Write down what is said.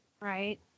right